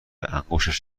انگشتش